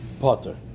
Potter